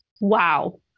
wow